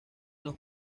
los